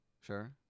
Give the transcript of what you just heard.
Sure